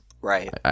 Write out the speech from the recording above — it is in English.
Right